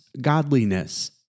godliness